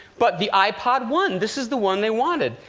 but the ipod won this is the one they wanted.